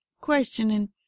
questioning